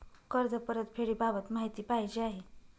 कर्ज परतफेडीबाबत माहिती पाहिजे आहे